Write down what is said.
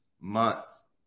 months